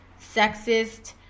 sexist